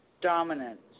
dominance